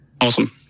Awesome